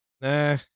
Nah